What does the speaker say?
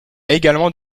également